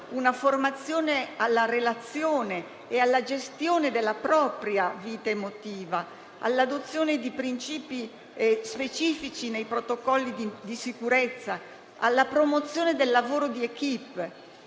una formazione alla relazione e alla gestione della propria vita emotiva, all'adozione di princìpi specifici nei protocolli di sicurezza, alla promozione del lavoro di *équipe*.